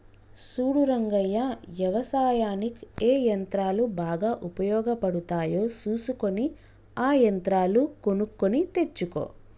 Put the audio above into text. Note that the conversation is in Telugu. సూడు రంగయ్య యవసాయనిక్ ఏ యంత్రాలు బాగా ఉపయోగపడుతాయో సూసుకొని ఆ యంత్రాలు కొనుక్కొని తెచ్చుకో